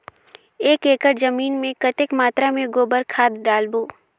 एक एकड़ जमीन मे कतेक मात्रा मे गोबर खाद डालबो?